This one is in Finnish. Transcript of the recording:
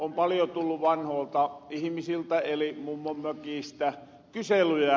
on paljon tullu vanhoolta ihimisiltä eli mummonmökiistä kyselyjä